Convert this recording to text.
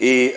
I